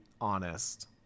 honest